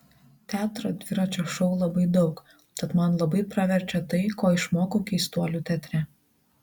teatro dviračio šou labai daug tad man labai praverčia tai ko išmokau keistuolių teatre